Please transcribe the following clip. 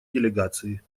делегации